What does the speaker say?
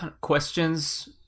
questions